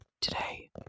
Today